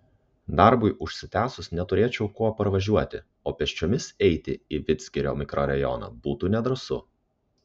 darbui užsitęsus neturėčiau kuo parvažiuoti o pėsčiomis eiti į vidzgirio mikrorajoną būtų nedrąsu